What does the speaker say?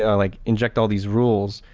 yeah like inject all these rules,